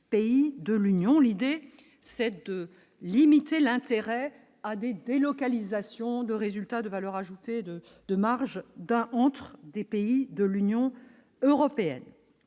l'idée c'est de limiter l'intérêt à des délocalisations de résultats de valeur ajoutée de de marge d'un antre des pays de l'Union européenne,